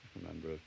remember